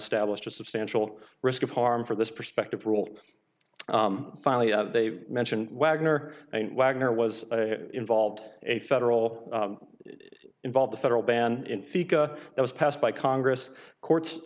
stablished a substantial risk of harm from this perspective rule finally they mention wagner and wagner was involved a federal involve the federal ban that was passed by congress courts